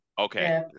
Okay